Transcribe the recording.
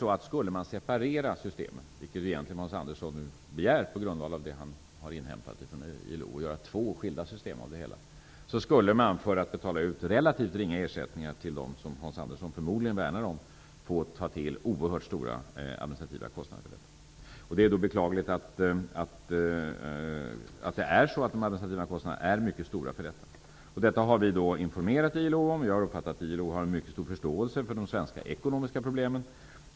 Om man skulle separera systemen och göra två skilda system -- vilket Hans Andersson egentligen begär på grundval av det han har inhämtat från ILO -- skulle man få oerhört stora administrativa kostnader för att betala ut relativt ringa ersättningar till dem som Hans Andersson förmodligen värnar om. Det är beklagligt att de administrativa kostnaderna är mycket stora. Detta har vi infomerat ILO om. Jag har uppfattat att ILO har mycket stor förståelse för de svenska ekonomiska problemen.